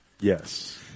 Yes